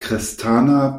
kristana